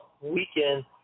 weekend